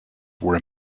were